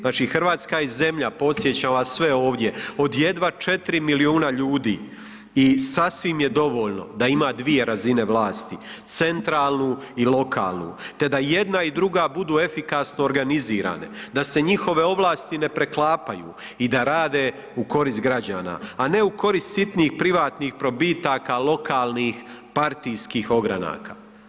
Znači, RH je zemlja, podsjećam vas sve ovdje, od jedva 4 milijuna ljudi i sasvim je dovoljno da ima dvije razine vlasti, centralnu i lokalnu, te da i jedna i druga budu efikasno organizirane, da se njihove ovlasti ne preklapaju i da rade u korist građana, a ne u korist sitnih privatnih probitaka lokalnih partijskih ogranaka.